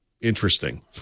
interesting